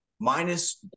Minus